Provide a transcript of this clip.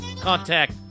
contact